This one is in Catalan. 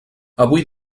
avui